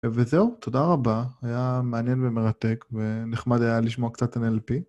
וזהו, תודה רבה, היה מעניין ומרתק, ונחמד היה לשמוע קצת NLP.